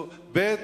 ב.